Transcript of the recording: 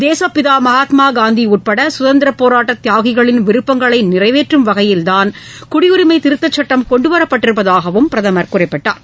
தேசப்பிதா மகாத்மா காந்தி உட்பட சுதந்திர போராட்ட தியாகிகளின் விருப்பங்களை நிறைவேற்றும் வகையில்தான் குடியுரிமை திருத்தச் சட்டம் கொண்டு வரப்பட்டிருப்பதாகவும் பிரதமர் குறிப்பிட்டார்